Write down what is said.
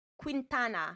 Quintana